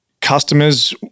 customers